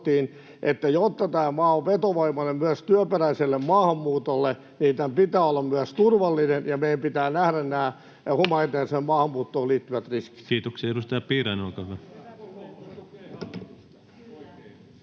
jotta tämä maa on vetovoimainen myös työperäiselle maahanmuutolle, niin tämän pitää olla myös turvallinen ja meidän pitää nähdä humanitääriseen maahanmuuttoon liittyvät riskit. [Jukka Gustafsson: Hyvä! Kokoomus